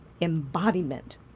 embodiment